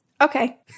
Okay